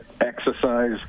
exercise